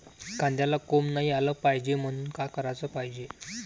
कांद्याला कोंब नाई आलं पायजे म्हनून का कराच पायजे?